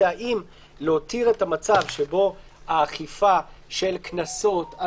היא האם להותיר את המצב שבו האכיפה של קנסות על